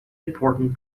important